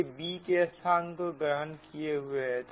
a b के स्थान को ग्रहण किए हुए हैं